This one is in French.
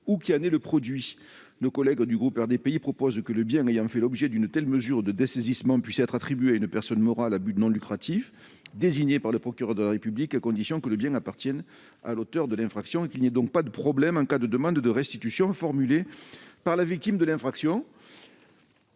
ou qui en est le produit. Nos collègues du groupe RDPI proposent que le bien ayant fait l'objet d'une telle mesure de dessaisissement puisse être attribué à une personne morale à but non lucratif désignée par le procureur de la République, à condition que le bien appartienne à l'auteur de l'infraction afin d'éviter toute difficulté en cas de demande de restitution formulée par la victime de l'infraction.